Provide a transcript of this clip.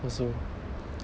also